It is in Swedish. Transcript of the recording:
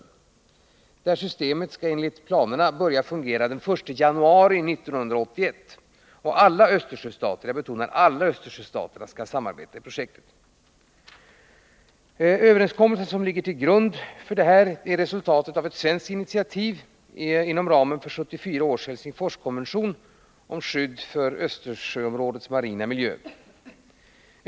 Det utbyggda systemet skall enligt föreliggande planer börja fungera den 1 januari 1981, och alla — jag betonar det — Östersjöstaterna skall samarbeta i projektet. Den överenskommelse som ligger till grund för det blivande samarbetet är resultatet av ett svenskt initiativ inom ramen för 1974 års Helsingforskonvention om skydd av Östersjöområdets marina miljö.